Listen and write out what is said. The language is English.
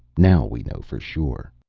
now we know for sure.